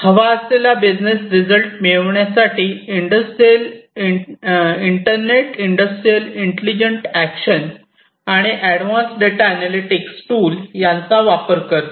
हवा असलेला business result मिळवण्यासाठी industrial internet industrial intelligent action आणि एडव्हान्स डेटा अनॅलिटिक्स टूल यांचा वापर करते